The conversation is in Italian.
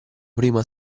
prima